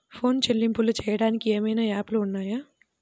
Phone చెల్లింపులు చెయ్యటానికి ఏవైనా యాప్లు ఉన్నాయా?